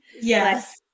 Yes